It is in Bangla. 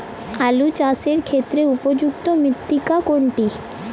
আলু চাষের ক্ষেত্রে উপযুক্ত মৃত্তিকা কোনটি?